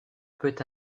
peut